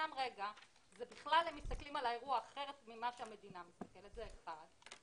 ומבחינתם בכלל הם מסתכלים על האירוע אחרת ממה שהמדינה מסתכלת זה אחד.